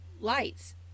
lights